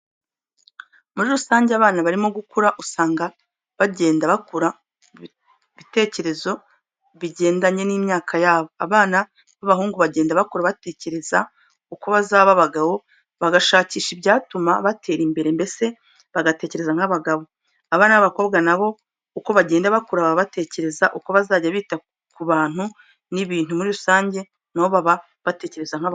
Muri rusange abana barimo gukura usanga bagenda bakura mu bitekerezo bigendanye n'imyaka yabo. Abana b'abahungu bagenda bakura batekereza uko bazaba abagabo bagashakisha ibyatuma batera imbere mbese batekereza nk'abagabo. Abana b'abakobwa na bo uko bagenda bakura baba batekereza uko bazajya bita ku bantu n'ibintu muri rusange na bo baba batekereza nk'abagore.